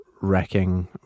wrecking